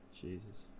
Jesus